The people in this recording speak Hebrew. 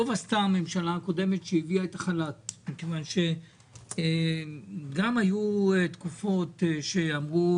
טוב עשתה הממשלה הקודמת שהביאה את החל"ת כיוון שגם היו תקופות שאמרו